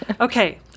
Okay